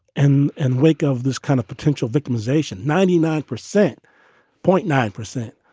and and wake of this kind of potential victimization. ninety nine percent point nine percent.